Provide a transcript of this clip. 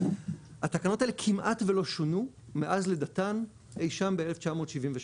התקנות האלה כמעט ולא שונו מאז לידתן אי שם ב-1973.